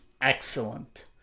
excellent